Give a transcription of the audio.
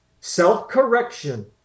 self-correction